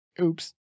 oops